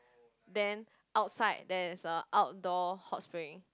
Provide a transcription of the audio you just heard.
then outside there's a outdoor hot spring